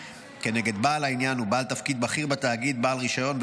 כנגד בעל העניין או בעל תפקיד בכיר בתאגיד בעל רישיון,